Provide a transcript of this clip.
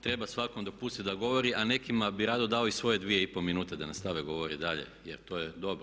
Treba svakom dopustiti da govori, a nekima bih rado dao i svoje dvije i pol minute da nastave govoriti dalje, jer to je dobro.